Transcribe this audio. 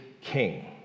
king